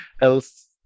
else